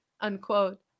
unquote